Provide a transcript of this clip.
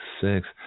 six